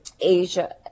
asia